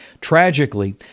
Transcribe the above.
Tragically